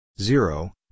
Zero